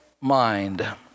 mind